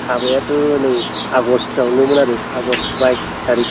हाबायाथ' नै आगष्टआवनोमोन आरो आगष्ट बाइस थारिख